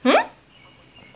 mm